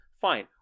fine